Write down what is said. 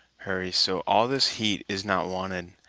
hurry, so all this heat is not wanted,